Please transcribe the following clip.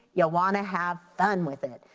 you wanna have fun with it.